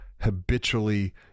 habitually